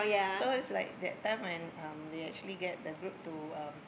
so is like that time when um they actually get the group to um